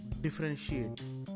differentiates